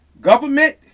government